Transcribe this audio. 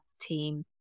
team